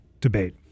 debate